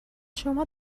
شما